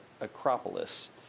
Acropolis